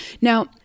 Now